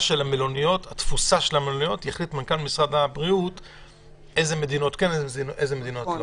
של המלוניות איזה מדינות כן יוכרזו ואיזה לא.